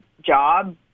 job